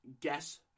guess